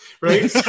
right